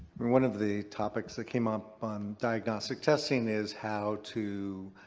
one of the topics that came up on diagnostic testing is how to